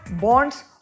bonds